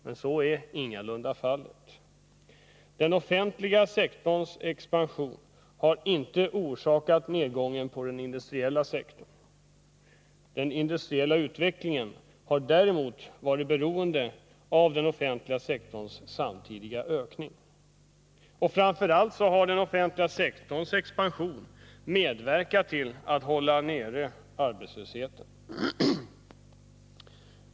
Men så är ingalunda fallet. Den offentliga sektorns expansion har inte orsakat nedgången på den industriella sektorn. Den industriella utvecklingen har däremot varit beroende av den offentliga sektorns samtidiga ökning. Och framför allt har den offentliga sektorns expansion medverkat till att hålla nere arbetslösheten.